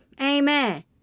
Amen